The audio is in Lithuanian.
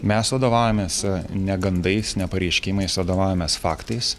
mes vadovaujamės ne gandais ne pareiškimais vadovaujamės faktais